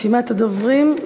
רשימת הדוברים: